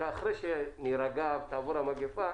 אחרי שנירגע ותעבור המגיפה,